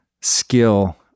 skill